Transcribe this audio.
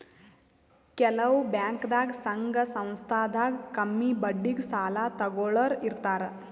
ಕೆಲವ್ ಬ್ಯಾಂಕ್ದಾಗ್ ಸಂಘ ಸಂಸ್ಥಾದಾಗ್ ಕಮ್ಮಿ ಬಡ್ಡಿಗ್ ಸಾಲ ತಗೋಳೋರ್ ಇರ್ತಾರ